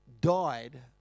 died